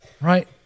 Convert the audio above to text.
right